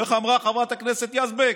ואיך אמרה חברת הכנסת יזבק?